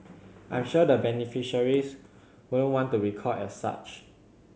I'm sure the beneficiaries wouldn't want to be called as such